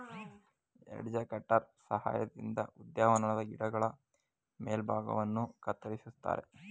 edge cutter ಸಹಾಯದಿಂದ ಉದ್ಯಾನವನದ ಗಿಡಗಳ ಮೇಲ್ಭಾಗವನ್ನು ಕತ್ತರಿಸುತ್ತಾರೆ